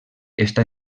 està